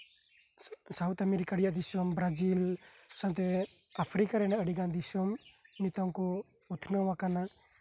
South America ᱨᱮᱱᱟᱜ ᱫᱤᱥᱚᱢ Brazil ᱥᱟᱶᱛᱮ ᱟᱯᱷᱨᱤᱠᱟ ᱨᱮᱱᱟᱜ ᱟᱹᱰᱤ ᱜᱟᱱ ᱫᱤᱥᱚᱢ ᱱᱤᱛᱚᱝ ᱠᱚ ᱩᱛᱱᱟᱹᱣᱟᱠᱟᱱᱟ